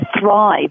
thrive